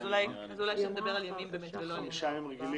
אולי נדבר על ימים ולא על ימי עבודה.ץ רגילים.